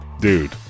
Dude